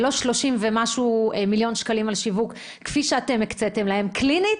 ולא שלושים ומשהו מיליון שקלים על שיווק כפי שאתם הקציתם להן - קלינית,